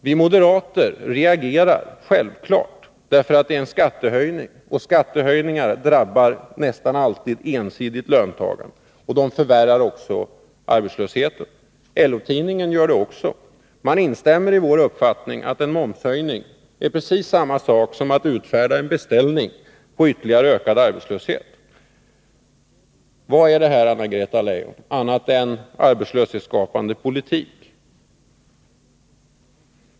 Vi moderater reagerar självfallet mot en momshöjning därför att den är en skattehöjning av det slag som nästan alltid ensidigt drabbar löntagarna och som förvärrar arbetslösheten. LO-tidningen reagerar också. Där instämmer man i vår uppfattning att en momshöjning är precis samma sak som att utfärda en beställning på ytterligare ökad arbetslöshet. Vad är detta, Anna-Greta Leijon, annat än arbetslöshetsskapande politik?